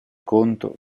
conto